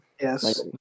Yes